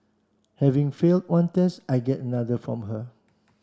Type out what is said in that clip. having failed one test I get another from her